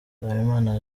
nsabimana